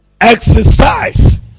exercise